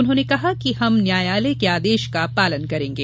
उन्होंने कहा कि हम न्यायालय के आदेश पालन करेंगे